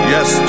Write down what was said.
Yes